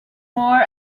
more